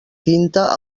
tinta